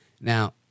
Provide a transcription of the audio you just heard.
Now